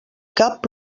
cap